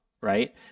right